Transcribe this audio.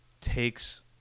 takes